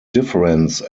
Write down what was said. difference